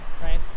right